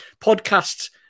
podcasts